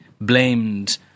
blamed